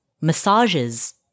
massages